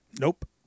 Nope